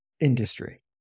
industry